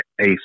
ACE